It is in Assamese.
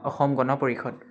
অসম গণ পৰিষদ